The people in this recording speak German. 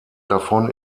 davon